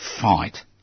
fight